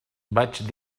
vaig